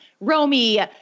Romy